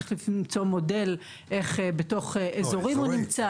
צריך למצוא מודל איך הוא נמצא בתוך אזורים.